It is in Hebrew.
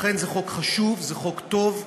לכן זה חוק חשוב, זה חוק טוב.